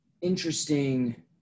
interesting